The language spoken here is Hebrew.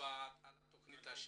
התכנית השנייה,